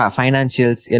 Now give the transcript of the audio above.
financials